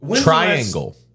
Triangle